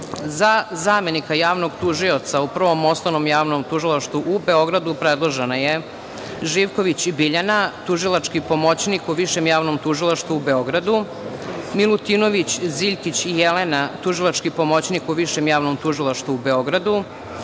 zamenika javnog tužioca u Prvom osnovnom javnom tužilaštvu u Beogradu predložena je Živković Biljana, tužilački pomoćnik o Višem javnom tužilaštvu u Beogradu, Milutinović Ziljkić Jelena, tužilački pomoćnik u Višem javnom tužilaštvu u Beogradu,